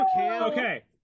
Okay